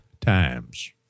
times